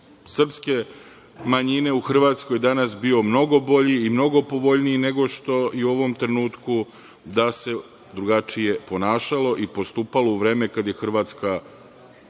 srpske manjine u Hrvatskoj danas bio mnogo bolji i mnogo povoljniji nego što je u ovom trenutku, da se drugačije ponašalo i postupalo u vreme kad je Hrvatska